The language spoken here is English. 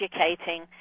educating